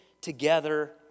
together